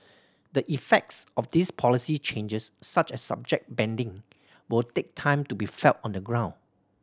the effects of these policy changes such as subject banding will take time to be felt on the ground